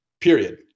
Period